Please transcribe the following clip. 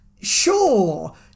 sure